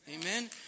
Amen